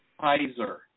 Pfizer